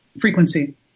frequency